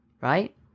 right